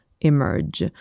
emerge